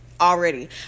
already